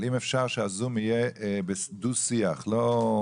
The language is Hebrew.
שלום, בוקר טוב.